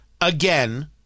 again